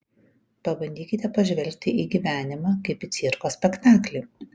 pabandykite pažvelgti į gyvenimą kaip į cirko spektaklį